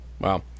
Wow